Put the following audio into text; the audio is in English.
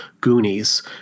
Goonies